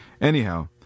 Anyhow